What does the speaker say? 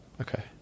okay